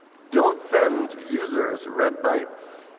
don't send users red bytes.